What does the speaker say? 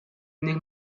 nik